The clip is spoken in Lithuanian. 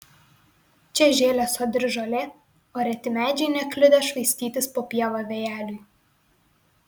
čia žėlė sodri žolė o reti medžiai nekliudė švaistytis po pievą vėjeliui